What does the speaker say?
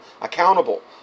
accountable